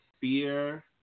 fear